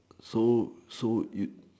so so you